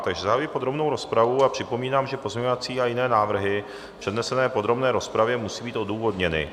Takže zahajuji podrobnou rozpravu a připomínám, že pozměňovací a jiné návrhy přednesené v podrobné rozpravě musí být odůvodněny.